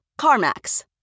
CarMax